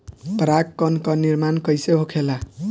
पराग कण क निर्माण कइसे होखेला?